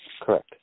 Correct